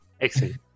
Excellent